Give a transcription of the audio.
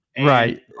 Right